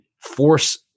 force